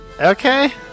Okay